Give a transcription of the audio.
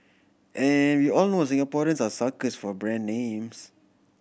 and we all know Singaporeans are suckers for brand names